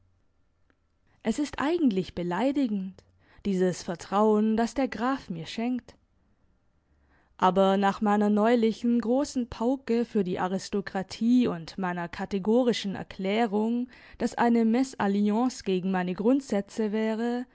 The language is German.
es ist eigentlich beleidigend dieses vertrauen das der graf mir schenkt aber nach meiner neulichen grossen pauke für die aristokratie und meiner kategorischen erklärung dass eine mesalliance gegen meine grundsätze wäre